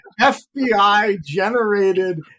FBI-generated